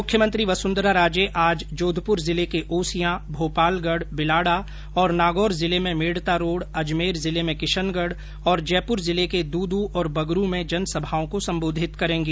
मुख्यमंत्री वसुंधरा राजे आज जोधप्र जिले के ओसियां भोपालगढ बिलाडा और नागौर जिले में मेडता रोड अजमेर जिले में किशनगढ और जयपुर जिले के दूदू और बगरू में जनसभाओं को सम्बोधित करेंगी